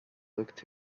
looked